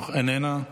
איננה,